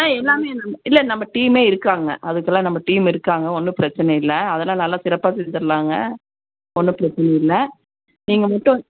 ஆ எல்லாமே நம்ம இல்லை நம்ம டீமே இருக்காங்க அதுக்கெல்லாம் நம்ம டீம் இருக்காங்க ஒன்னும் பிரச்சனை இல்லை அதெல்லாம் நல்லா சிறப்பாக செஞ்சிரலாங்க ஒன்றும் பிரச்சனை இல்லை நீங்கள் மட்டும்